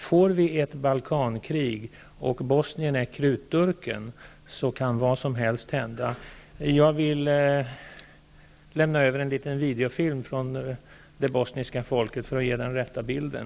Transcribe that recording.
Om vi får ett Balkankrig och Bosnien är krutdurken, kan vad som helst hända. Jag vill lämna över en videofilm från det bosniska folket för att ge den rätta bilden.